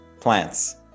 plants